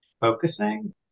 focusing